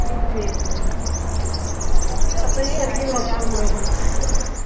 এইটোৱেইটো সাতাইছ তাৰিখে লগ পাম ৰ'বা